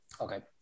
Okay